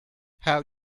how